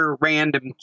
random